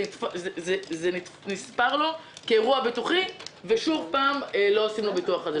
זה נספר לו כאירוע ביטוחי ושוב לא עושים לו ביטוח בשל זה.